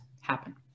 happen